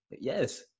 yes